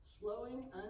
slowing